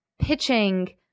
pitching